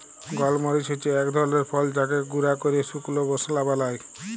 গল মরিচ হচ্যে এক ধরলের ফল যাকে গুঁরা ক্যরে শুকল মশলা বালায়